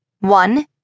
One